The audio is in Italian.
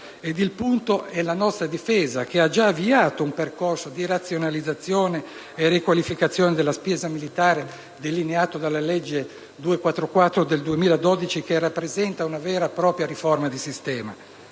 Il punto è che la nostra Difesa ha già avviato il percorso di razionalizzazione e riqualificazione della spesa militare delineato dalla legge n. 244 del 2012, che rappresenta una vera e propria riforma di sistema.